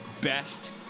best